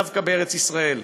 דווקא בארץ-ישראל,